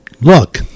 look